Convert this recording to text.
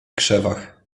krzewach